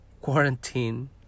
quarantine